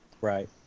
Right